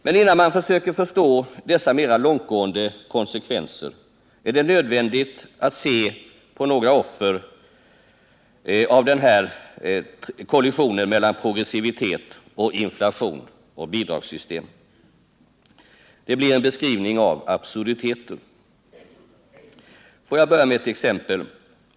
Men innan man försöker förstå dessa mera långtgående konsekvenser är det nödvändigt att se på några offer för den här kollisionen mellan progressivitet, inflation och bidragssystem. Det blir en beskrivning av absurditeter. Låt mig börja med ett exempel.